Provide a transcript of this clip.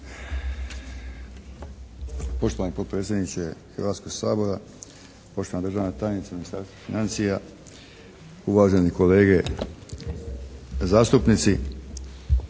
Poštovani potpredsjedniče Hrvatskog sabora, poštovana državna tajnice Ministarstva financija, uvaženi kolege zastupnici.